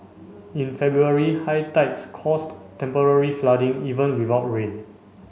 in February high tides caused temporary flooding even without rain